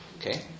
Okay